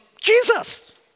Jesus